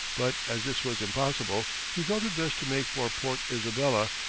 but as this was impossible, he felt it best to make for port isabella,